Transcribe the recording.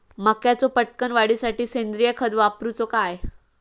मक्याचो पटकन वाढीसाठी सेंद्रिय खत वापरूचो काय?